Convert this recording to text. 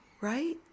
right